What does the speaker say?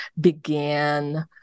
began